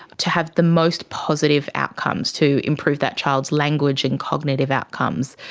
to have the most positive outcomes to improve that child's language and cognitive outcomes.